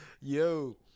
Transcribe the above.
Yo